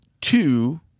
two